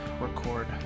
record